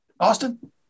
Austin